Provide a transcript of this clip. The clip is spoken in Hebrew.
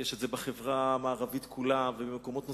זה קיים בחברה המערבית כולה ובמקומות נוספים.